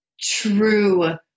true